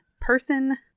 person